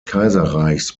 kaiserreichs